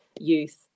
youth